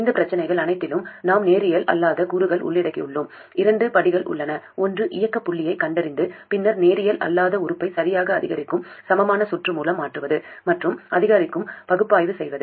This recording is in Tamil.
இந்தப் பிரச்சனைகள் அனைத்திலும் நாம் நேரியல் அல்லாத கூறுகளை உள்ளடக்கியுள்ளோம் இரண்டு படிகள் உள்ளன ஒன்று இயக்கப் புள்ளியைக் கண்டறிந்து பின்னர் நேரியல் அல்லாத உறுப்பை சரியான அதிகரிக்கும் சமமான சுற்று மூலம் மாற்றுவது மற்றும் அதிகரிக்கும் பகுப்பாய்வு செய்வது